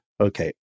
Okay